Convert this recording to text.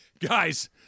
Guys